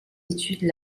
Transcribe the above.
études